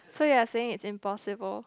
so you are saying is impossible